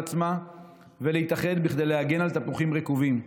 עצמה ולהתאחד בכדי להגן על תפוחים רקובים.